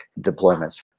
deployments